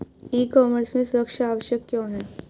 ई commerce में सुरक्षा आवश्यक क्यों है?